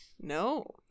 No